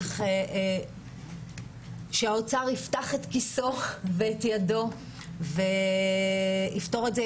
צריך שהאוצר יפתח את כיסו ואת ידו ויפתור את זה.